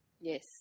Yes